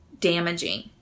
damaging